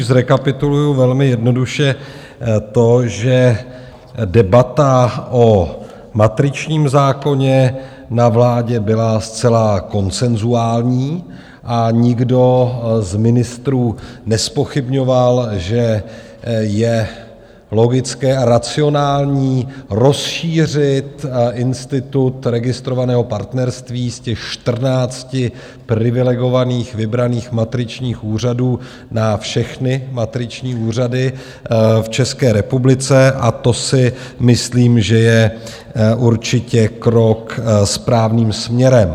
Nejdřív zrekapituluji velmi jednoduše to, že debata o matričním zákoně na vládě byla zcela konsenzuální a nikdo z ministrů nezpochybňoval, že je logické a racionální rozšířit institut registrovaného partnerství z těch čtrnácti privilegovaných, vybraných matričních úřadů na všechny matriční úřady v České republice, a to si myslím, že je určitě krok správným směrem.